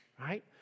right